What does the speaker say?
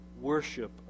worship